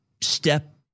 step